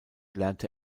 lernte